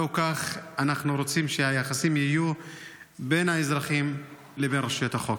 לא כך אנחנו רוצים שהיחסים יהיו בין האזרחים לבין רשויות החוק.